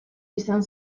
izan